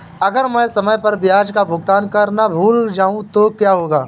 अगर मैं समय पर ब्याज का भुगतान करना भूल जाऊं तो क्या होगा?